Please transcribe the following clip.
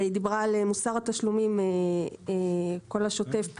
היא דיברה על הנושא של השוטף +,